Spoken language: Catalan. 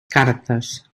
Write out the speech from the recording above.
cartes